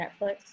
Netflix